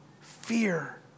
fear